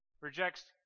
rejects